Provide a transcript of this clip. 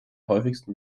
häufigsten